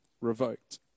revoked